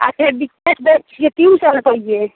आ फेर बिगहट दै छियै तीन सए रूपैए